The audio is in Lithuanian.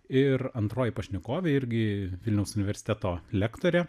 ir antroji pašnekovė irgi vilniaus universiteto lektorė